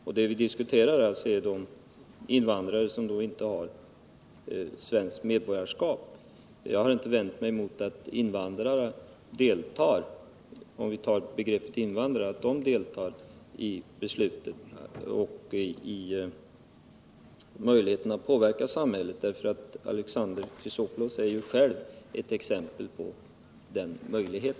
Vad vi diskuterar är alltså rösträtt för de invandrare som inte har svenskt medborgarskap. Jag har inte vänt mig mot att invandrare — om vi använder detta begrepp — deltar i besluten och har 63 möjligheter att påverka samhället. Alexander Chrisopoulos är ju själv ett exempel på att det är möjligt.